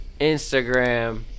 instagram